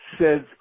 says